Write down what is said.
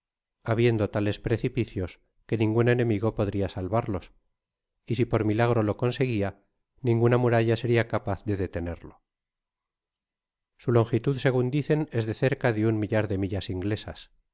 habiendo tales principios que ningun enemigo podria salvarlos y si por milagro lo conseguia ninguna muralla seria capaz de detenerlo su longitud segun dicen es de cerca de un millar de millas inglesas